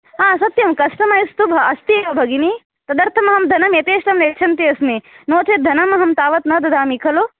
आ सत्यं कस्टमैस् तु अस्ति एव भगिनी तदर्थम् अहं धनं यथेष्टं यच्छन्ती अस्मि नोचेत् धनमहं तावद् न ददामि खलु